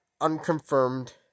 unconfirmed